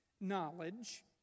knowledge